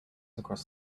across